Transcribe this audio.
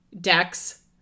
decks